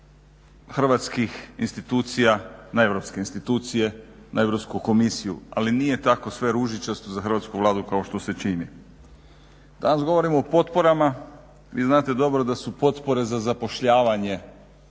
hrvatskih institucija na europske institucije, na Europsku komisiju. Ali nije tako sve ružičasto za Hrvatsku vladu kao što se čini. Danas govorimo o potporama, vi znate dobro da su potpore za zapošljavanje